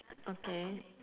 okay